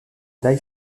die